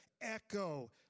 echo